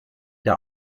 der